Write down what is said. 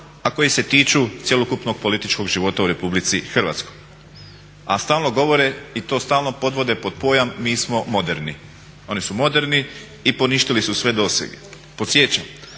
a koji se tiču cjelokupnog političkog života u Republici Hrvatskoj, a stalno govore i to stalno podvode pod pojam mi smo moderni. Oni su moderni i poništili su sve dosege. Podsjećam,